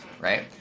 right